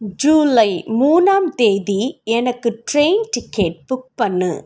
ஜூலை மூணாம் தேதி எனக்கு ட்ரெயின் டிக்கெட் புக் பண்ணு